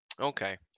Okay